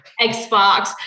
Xbox